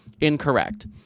incorrect